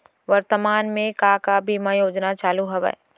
वर्तमान में का का बीमा योजना चालू हवये